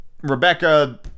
Rebecca